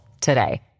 today